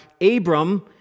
Abram